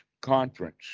conference